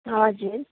हजुर